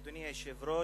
אדוני היושב-ראש,